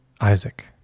Isaac